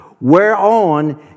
whereon